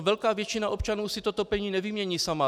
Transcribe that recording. Velká většina občanů si to topení nevymění sama.